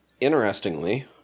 Interestingly